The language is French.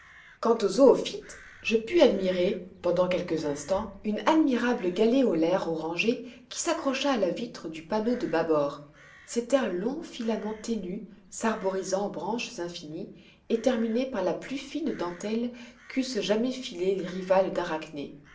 quant aux zoophytes je pus admirer pendant quelques instants une admirable galéolaire orangée qui s'accrocha à la vitre du panneau de bâbord c'était un long filament ténu s'arborisant en branches infinies et terminées par la plus fine dentelle qu'eussent jamais filée les rivales d'arachné